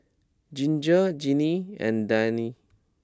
Ginger Jeannie and Diann